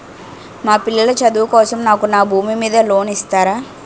మా పిల్లల చదువు కోసం నాకు నా భూమి మీద లోన్ ఇస్తారా?